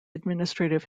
administrative